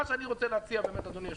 מה שאני רוצה להציע, אדוני היושב-ראש,